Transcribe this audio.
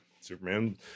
superman